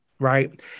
Right